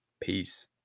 Peace